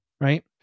right